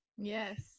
Yes